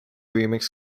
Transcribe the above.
remix